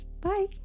Bye